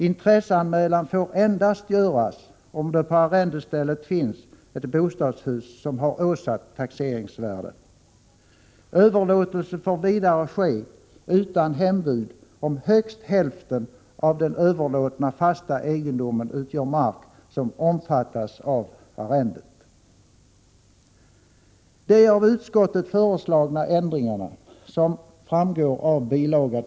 Intresseanmälan får endast göras om det på arrendestället finns ett bostadshus som har åsatt taxeringsvärde. Överlåtelse får vidare ske utan hembud om högst hälften av den överlåtna fasta egendomen utgör mark som omfattas av arrendet. De av utskottet föreslagna ändringarna, som framgår av bil.